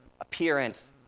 appearance